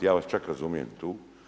Ja vas čak razumijem tu.